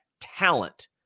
talent